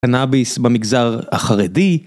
קנאביס במגזר החרדי